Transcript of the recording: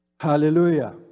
Hallelujah